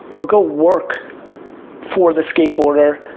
or go work for the skateboarder.